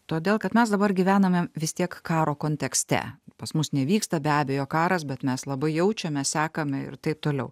todėl kad mes dabar gyvename vis tiek karo kontekste pas mus nevyksta be abejo karas bet mes labai jaučiame sekame ir taip toliau